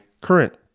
current